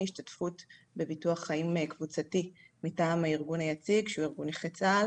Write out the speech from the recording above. השתתפות בביטוח חיים קבוצתי מטעם הארגון היציג של ארגון נכי צה"ל